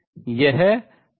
cancel रद्द हो जाता है